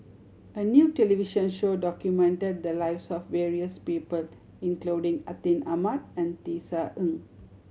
a new television show documented the lives of various people including Atin Amat and Tisa Ng